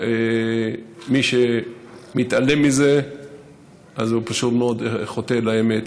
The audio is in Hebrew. מי שמתעלם מזה אז הוא פשוט מאוד חוטא לאמת.